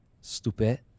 stupid